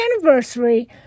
anniversary